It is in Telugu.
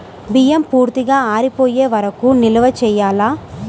బియ్యం పూర్తిగా ఆరిపోయే వరకు నిల్వ చేయాలా?